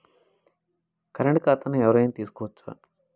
Current ఖాతాను ఎవలైనా తీసుకోవచ్చా?